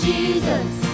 Jesus